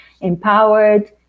empowered